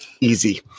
easy